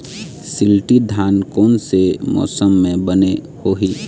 शिल्टी धान कोन से मौसम मे बने होही?